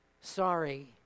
Sorry